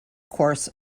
course